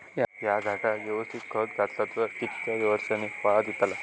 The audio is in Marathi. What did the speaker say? हया झाडाक यवस्तित खत घातला तर कितक्या वरसांनी फळा दीताला?